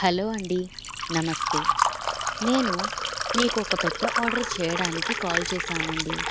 hello అండి నమస్తే నేను మీకు ఒక పెద్ద ఆర్డర్ చేయడానికి కాల్ చేశానండి